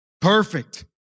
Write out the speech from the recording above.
perfect